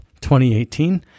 2018